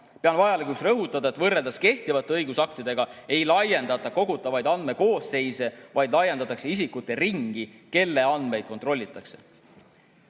Pean vajalikuks rõhutada, et võrreldes kehtivate õigusaktidega ei laiendata kogutavaid andmekoosseise, vaid laiendatakse isikute ringi, kelle andmeid kontrollitakse.